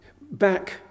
back